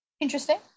Interesting